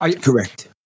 Correct